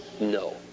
No